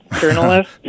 journalist